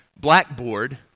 blackboard